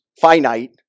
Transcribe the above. finite